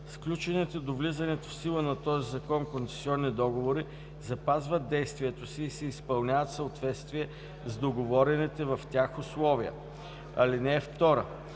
Сключените до влизането в сила на този закон концесионни договори запазват действието си и се изпълняват в съответствие с договорените в тях условия. (2)